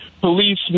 police